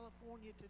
California